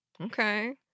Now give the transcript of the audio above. okay